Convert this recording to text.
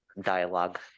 dialogue